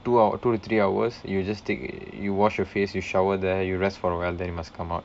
two hour two to three hours you just stick you wash your face you shower there you rest for a while then you must come out